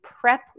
prep